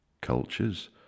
cultures